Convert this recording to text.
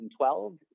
2012